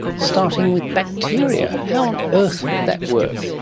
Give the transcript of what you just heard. starting with bacteria. how on earth would that work?